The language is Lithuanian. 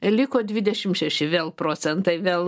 liko dvidešimt šeši vėl procentai vėl